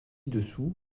dessous